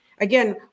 again